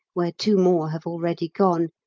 where two more have already gone,